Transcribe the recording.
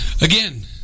Again